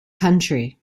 country